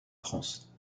france